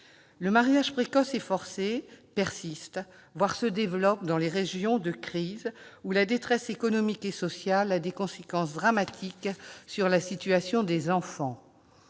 Le mariage précoce et forcé persiste, voire se développe dans les régions en crise où la détresse économique et sociale a des conséquences dramatiques sur la situation des enfants.